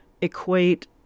equate